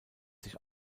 sich